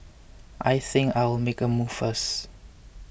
I think I'll make a move first